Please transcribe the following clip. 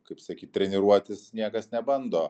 kaip sakyt treniruotis niekas nebando